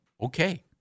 okay